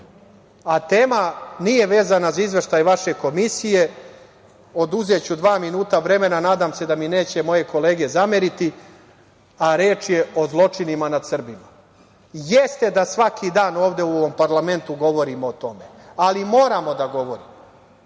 Tema nije vezana za izveštaj vaše komisije, oduzeću dva minuta vremena, nadam se da mi neće moje kolege zameriti, a reč je o zločinima nad Srbima. Jeste da svaki dan ovde u ovom parlamentu govorimo o tome, ali moramo da govorimo,